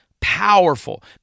powerful